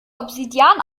obsidian